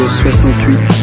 68